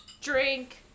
drink